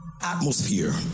Atmosphere